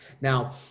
Now